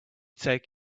take